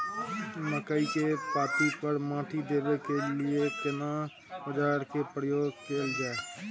मकई के पाँति पर माटी देबै के लिए केना औजार के प्रयोग कैल जाय?